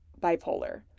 bipolar